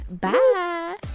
Bye